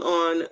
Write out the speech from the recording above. on